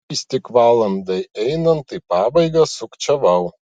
vis tik valandai einant į pabaigą sukčiavau